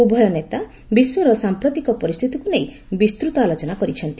ଉଭୟ ନେତା ବିଶ୍ୱର ସାମ୍ପ୍ରତିକ ପରିସ୍ଥିତିକୁ ନେଇ ବିସ୍ତୃତ ଆଲୋଚନା କରିଛନ୍ତି